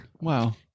Wow